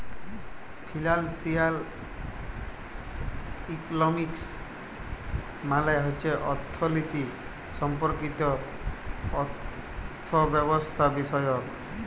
financial economics মালে হছে অথ্থলিতি সম্পর্কিত অথ্থব্যবস্থাবিষয়ক